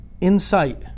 insight